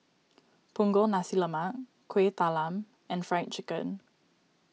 Punggol Nasi Lemak Kueh Talam and Fried Chicken